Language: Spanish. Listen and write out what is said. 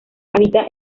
habita